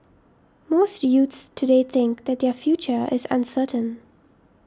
most youths today think that their future is uncertain